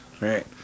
Right